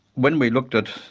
when we looked at,